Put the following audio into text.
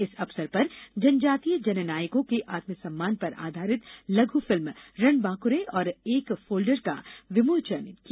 इस अवसर पर जनजातीय जननायकों के आत्मसम्मान पर आधारित लघु फिल्म रणबांक्रे और एक फोल्डर का विमोचन किया